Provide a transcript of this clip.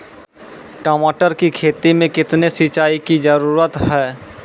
टमाटर की खेती मे कितने सिंचाई की जरूरत हैं?